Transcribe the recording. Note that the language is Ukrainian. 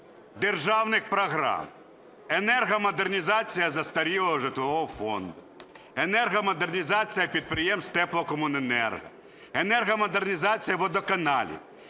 державних програм: енергомодернізація застарілого житлового фонду, енергомодернізація підприємств Теплокомуненерго, енергомодернізація водоканалів.